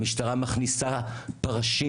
המשטרה מכניסה פרשים,